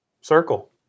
Circle